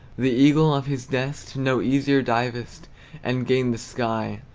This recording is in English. the eagle of his nest no easier divest and gain the sky,